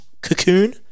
cocoon